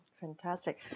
Fantastic